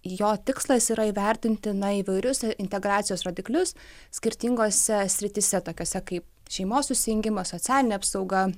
jo tikslas yra įvertinti įvairius integracijos rodiklius skirtingose srityse tokiose kaip šeimos susijungimo socialinė apsauga